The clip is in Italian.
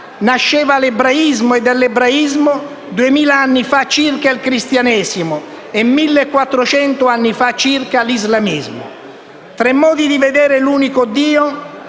nasceva l'Ebraismo e dall'ebraismo, duemila anni fa circa, il Cristianesimo e millequattrocento anni fa circa, l'Islamismo. Tre modi di vedere l'unico Dio,